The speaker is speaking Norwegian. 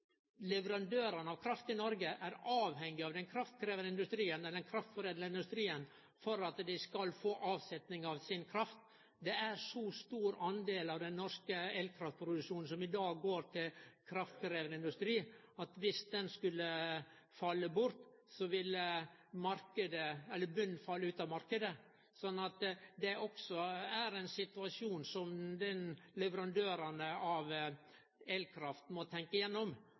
leverandørane av kraft i Noreg er avhengige av den kraftforedlande industrien for at dei skal få avsetnad for krafta si. Det er ein så stor del av den norske elkraftproduksjonen som i dag går til kraftkrevjande industri, at om den skulle falle bort, så ville botnen falle ut av marknaden. Det er også ein situasjon som leverandørane av elkraft må